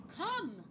come